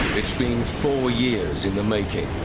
it's been four years in the making.